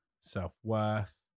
self-worth